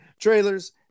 trailers